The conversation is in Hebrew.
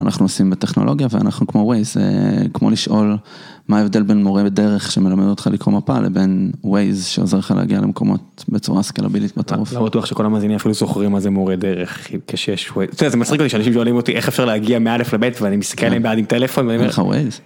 אנחנו עושים בטכנולוגיה, ואנחנו כמו Waze, זה כמו לשאול מה ההבדל בין מורה דרך שמלמד אותך לקרוא מפה לבין Waze שעוזר לך להגיע למקומות בצורה סקיילאבילית בטירוף. לא בטוח שכל המאזינים אפילו זוכרים מה זה מורה דרך כשיש Waze. זה מצחיק אותי שאנשים שואלים אותי איך אפשר להגיע מאלף לבית ואני מסתכל הם ביד עם טלפון, ואני אומר אין לך Waze?